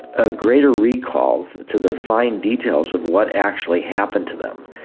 a greater recall to the fine details of what actually happened to them,